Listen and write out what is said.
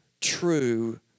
true